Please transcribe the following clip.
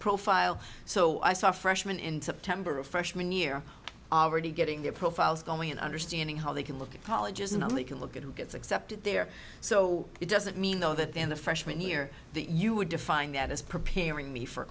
profile so i saw freshman into temper of freshman year already getting their profiles going in understanding how they can look at colleges and only can look at who gets accepted there so it doesn't mean though that in the freshman year you would define that as preparing me for